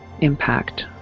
impact